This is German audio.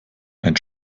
ein